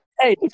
hey